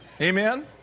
Amen